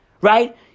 right